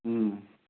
ꯎꯝ